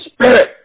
Spirit